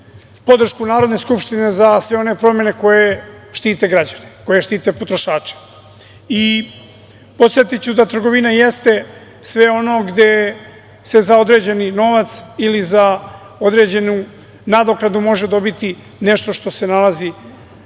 podršku Narodne skupštine za sve one promene koje štite građane, koje štite potrošače. Podsetiću da trgovina jeste sve ono gde se za određeni novac ili za određenu nadoknadu može dobiti nešto što se nalazi na